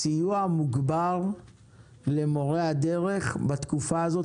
סיוע מוגבר למורי הדרך בתקופה הזאת,